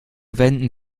wenden